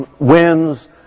winds